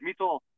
Mito